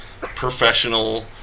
professional